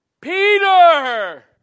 Peter